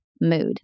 mood